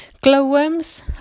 Glowworms